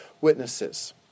Witnesses